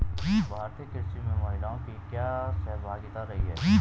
भारतीय कृषि में महिलाओं की क्या सहभागिता रही है?